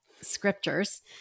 scriptures